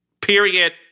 Period